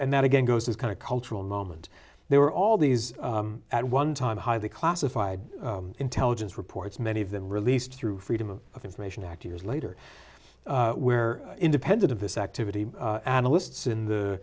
and that again goes this kind of cultural moment there were all these at one time highly classified intelligence reports many of them released through freedom of information act years later where independent of this activity analysts in the